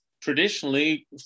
traditionally